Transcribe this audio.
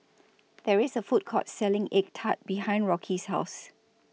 There IS A Food Court Selling Egg Tart behind Rocky's House